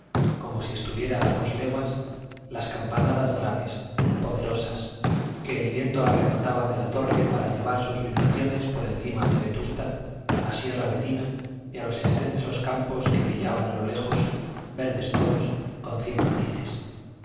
como si estuviera a dos leguas las campanadas graves poderosas que el viento arrebataba de la torre para llevar sus vibraciones por encima de vetusta a la sierra vecina y a los extensos campos que brillaban a lo lejos verdes todos con cien matices